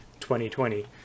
2020